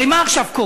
הרי מה קורה עכשיו?